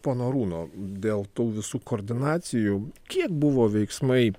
pono arūno dėl tų visų koordinacijų kiek buvo veiksmai